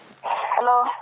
Hello